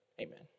amen